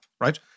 right